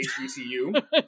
HBCU